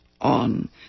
on